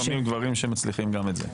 יש לפעמים גברים שמצליחים גם את זה.